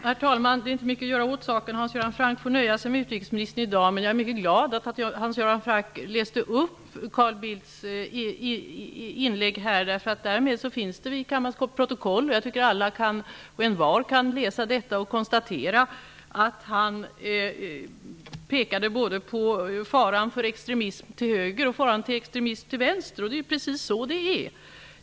Herr talman! Det är inte mycket att göra åt saken. Hans Göran Franck får nöja sig med utrikesministern i dag. Men jag är mycket glad över att Hans Göran Franck här läste upp Carl Bildts inlägg, eftersom det därmed finns i kammarens protokoll. Jag tycker att alla och envar kan läsa detta och konstatera att han pekade både på faran för extremism till höger och faran för extremism till vänster. Det är precis så det är.